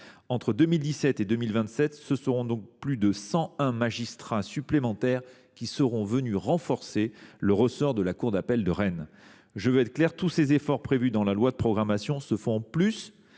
Entre 2017 et 2027, ce seront donc plus de 101 magistrats supplémentaires qui seront venus renforcer le ressort de la cour d’appel de Rennes ! Je veux être clair : tous ces renforts prévus dans la loi d’orientation et de